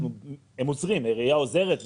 העירייה עוזרת,